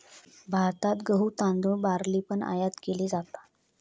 भारतात गहु, तांदुळ, बार्ली पण आयात केली जाता